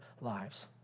lives